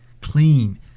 clean